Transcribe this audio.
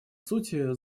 сути